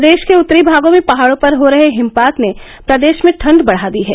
प्रदेश के उत्तरी भागों में पहाड़ों पर हो रहे हिमपात ने प्रदेश में ठंड बढ़ा दी है